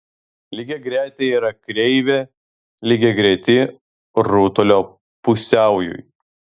lygiagretė yra kreivė lygiagreti rutulio pusiaujui